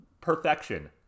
perfection